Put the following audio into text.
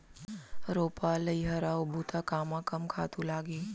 रोपा, लइहरा अऊ बुता कामा कम खातू लागही?